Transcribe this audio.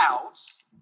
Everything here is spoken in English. clouds